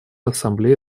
ассамблея